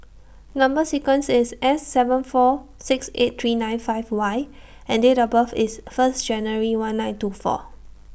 Number sequence IS S seven four six eight three nine five Y and Date of birth IS First January one nine two four